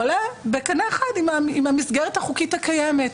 עולה בקנה אחד עם המסגרת החוקית הקיימת,